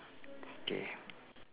okay